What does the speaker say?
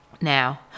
Now